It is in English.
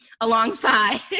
alongside